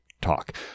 talk